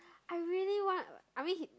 I really want I mean he